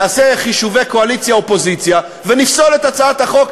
נעשה חישובי קואליציה אופוזיציה ונפסול את הצעת החוק,